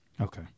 Okay